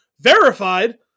verified